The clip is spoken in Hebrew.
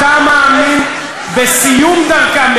אתה מאמין בסיום דרכה,